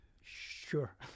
Sure